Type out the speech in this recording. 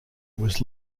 was